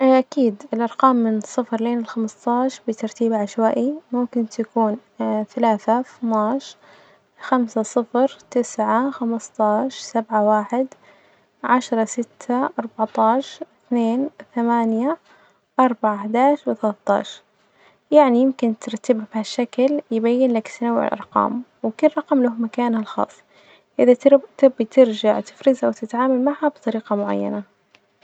إيه أكيد الأرقام من صفر لين الخمسطعش بترتيب عشوائي ممكن تكون ثلاثة، اثناعش، خمسة، صفر، تسعة، خمسطعش، سبعة، واحد، عشرة، ستة، أربعطعش، اثنين، ثمانية، أربعة، إحدعش وثلاطعش، يعني يمكن ترتيبها بهالشكل يبين لك تنوع الأرقام، وكل رقم له مكانه الخاص، إذا تبي ت- تبي ترجع تفرزها وتتعامل معها بطريقة معينة.